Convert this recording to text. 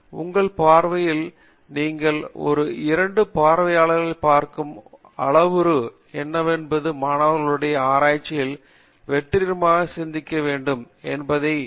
உங்கள் பார்வையில் நீங்கள் ஒரு இரண்டு பார்வையாளர்களைப் பார்க்கும் அளவுருக்கள் என்னவென்பது மாணவர்களுடைய ஆராய்ச்சியில் வெற்றிகரமாக சிந்திக்க வேண்டும் என்பதைக் கருத்தில் கொள்ளுமா